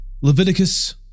Leviticus